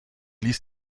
ließ